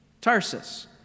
Tarsus